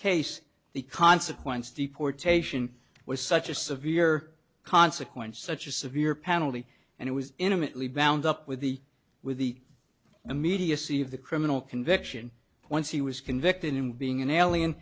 case the consequence deportation was such a severe consequences such a severe penalty and it was intimately bound up with the with the immediacy of the criminal conviction once he was convicted in being an alien